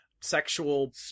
sexual